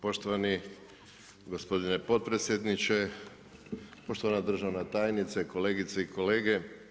Poštovani gospodine potpredsjedniče, poštovana državna tajnice, kolegice i kolege.